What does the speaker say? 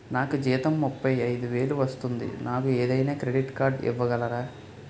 నాకు జీతం ముప్పై ఐదు వేలు వస్తుంది నాకు ఏదైనా క్రెడిట్ కార్డ్ ఇవ్వగలరా?